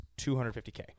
$250K